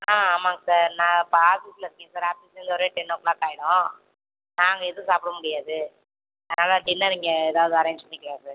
ஆ ஆமாங்க சார் நான் இப்போ ஆஃபீஸில் இருக்கேங்க சார் ஆஃபிஸ்லிருந்து வரவே டென் ஓ க்ளாக் ஆகிடும் நான் அங்கே எதுவும் சாப்பிட முடியாது அதனால் டின்னர் இங்கே ஏதாவது அரேஞ்ச் பண்ணிக்கலாம் சார்